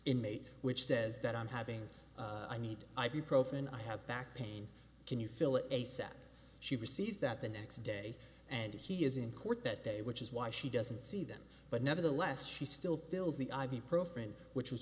inmate which says that i'm having i need ibuprofen i have back pain can you fill it a set she receives that the next day and he is in court that day which is why she doesn't see them but nevertheless she still fills the ibuprofen which